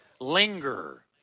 linger